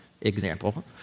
example